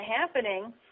happening